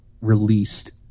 released